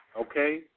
okay